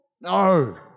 No